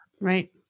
Right